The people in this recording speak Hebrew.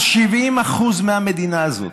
על 70% מהמדינה הזאת?